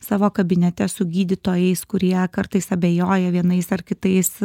savo kabinete su gydytojais kurie kartais abejoja vienais ar kitais